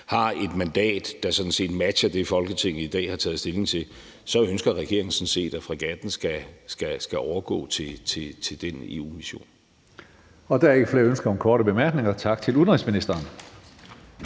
har et mandat, der sådan set matcher det, Folketinget i dag har taget stilling til, så ønsker regeringen sådan set, at fregatten skal overgå til den EU-mission. Kl. 20:34 Tredje næstformand (Karsten Hønge): Der er ikke flere ønsker om korte bemærkninger. Tak til udenrigsministeren.